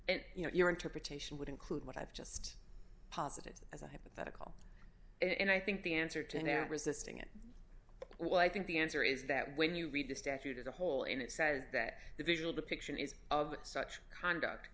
and you know your interpretation would include what i've just positive as a hypothetical and i think the answer to resisting it well i think the answer is that when you read the statute as a whole and it says that the visual depiction is of such conduct